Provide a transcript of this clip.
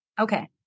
Okay